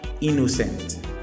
innocent